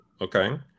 Okay